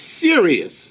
serious